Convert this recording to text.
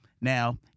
Now